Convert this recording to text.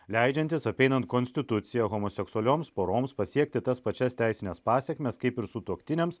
leidžiantis apeinant konstituciją homoseksualioms poroms pasiekti tas pačias teisines pasekmes kaip ir sutuoktiniams